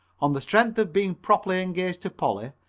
on the strength of being properly engaged to polly,